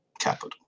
capital